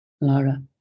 Laura